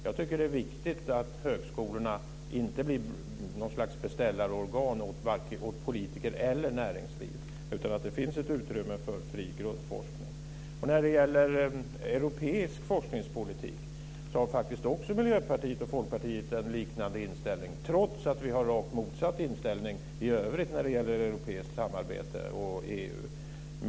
Jag tycker att det är viktigt att högskolorna inte blir något slags beställarorgan vare sig åt politiker eller näringsliv. Det är viktigt att det finns ett utrymme för fri grundforskning. När det gäller europeisk forskningspolitik har faktiskt Folkpartiet och Miljöpartiet också en liknande inställning, trots att vi har rakt motsatt inställning i övrigt när det gäller europeiskt samarbete och EU.